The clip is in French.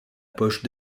poche